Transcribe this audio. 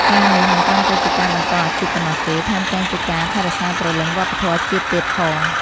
ការណ៍នេះមិនត្រឹមតែជាការបន្តអាជីពប៉ុណ្ណោះទេ ថែមទាំងជាការថែរក្សាព្រលឹងវប្បធម៌ជាតិទៀតផង។